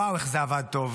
וואו, איך זה עבד טוב.